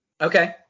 Okay